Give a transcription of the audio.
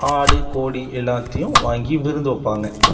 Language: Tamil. ஆடு கோழி எல்லாத்தையும் வாங்கி விருந்து வைப்பாங்க